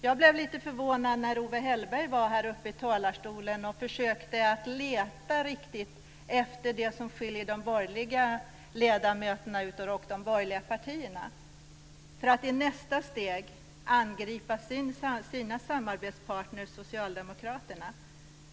Jag blev lite förvånad när Owe Hellberg här i talarstolen försökte leta efter det som skiljer de borgerliga ledamöterna och de borgerliga partierna, för att i nästa steg angripa sina samarbetspartner Socialdemokraterna.